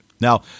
now